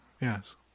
Yes